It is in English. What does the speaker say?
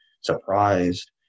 surprised